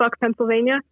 Pennsylvania